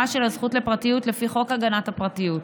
של הזכות לפרטיות לפי חוק הגנת הפרטיות.